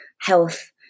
health